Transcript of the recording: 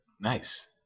Nice